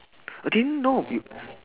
I didn't know you